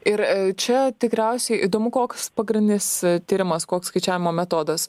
ir čia tikriausiai įdomu koks pagrindinis tyrimas koks skaičiavimo metodas